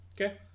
Okay